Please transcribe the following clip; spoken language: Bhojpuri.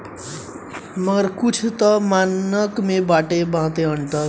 मगर कुछ तअ मानको मे अंतर बाटे